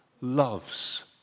loves